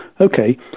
Okay